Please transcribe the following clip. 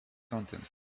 contents